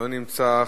לא נמצא.